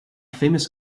famous